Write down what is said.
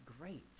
great